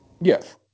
Yes